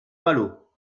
palot